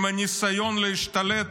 עם הניסיון להשתלט